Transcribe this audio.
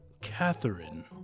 Catherine